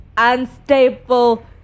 unstable